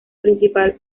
principal